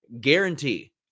Guarantee